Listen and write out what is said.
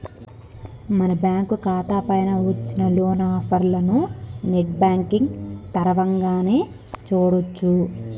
మన బ్యాంకు ఖాతా పైన వచ్చిన లోన్ ఆఫర్లను నెట్ బ్యాంకింగ్ తరవంగానే చూడొచ్చు